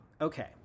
Okay